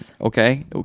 okay